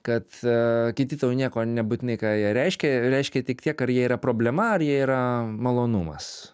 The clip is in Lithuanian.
kad kiti tau nieko nebūtinai ką jie reiškia jie reiškia tik tiek ar jie yra problema ar jie yra malonumas